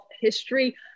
history